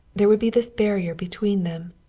there would be this barrier between them.